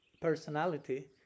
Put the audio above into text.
personality